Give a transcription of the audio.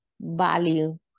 value